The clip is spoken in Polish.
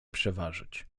przeważyć